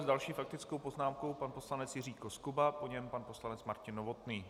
S další faktickou poznámkou pan poslanec Jiří Koskuba, po něm pan poslanec Martin Novotný.